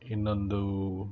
ಇನ್ನೊಂದು